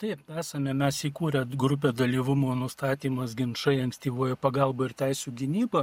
taip esame mes įkūrę grupę dalyvumo nustatymas ginčai ankstyvoji pagalba ir teisių gynyba